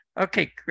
Okay